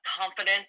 confidence